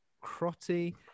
Crotty